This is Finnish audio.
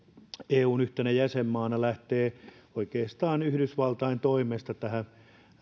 eun yhtenä jäsenmaana lähtee oikeastaan yhdysvaltain toimesta tähän